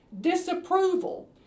disapproval